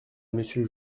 monsieur